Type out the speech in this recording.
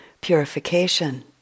purification